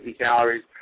calories